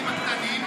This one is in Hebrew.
יש אוכלוסייה שלמה,